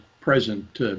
present